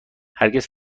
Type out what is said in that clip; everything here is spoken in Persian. هرگز